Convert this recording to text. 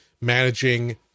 managing